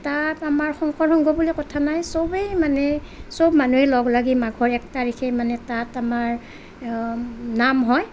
তাত আমাৰ শংকৰ সংঘ বুলি কথা নাই চবেই মানে চব মানুহে লগ লাগি মাঘৰ এক তাৰিখে মানে তাত আমাৰ নাম হয়